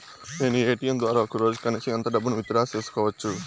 నేను ఎ.టి.ఎం ద్వారా ఒక రోజుకి కనీసం ఎంత డబ్బును విత్ డ్రా సేసుకోవచ్చు?